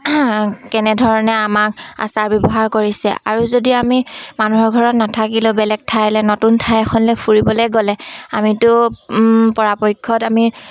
কেনেধৰণে আমাক আচাৰ ব্যৱহাৰ কৰিছে আৰু যদি আমি মানুহৰ ঘৰত নাথাকিলে বেলেগ ঠাইলৈ নতুন ঠাই এখনলৈ ফুৰিবলৈ গ'লে আমিতো পৰাপক্ষত আমি